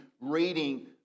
reading